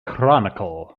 chronicle